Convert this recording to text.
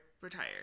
retired